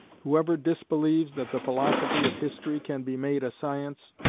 whoever disbelieves that the philosophy of history can be made a science,